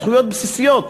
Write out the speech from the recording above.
זכויות בסיסיות,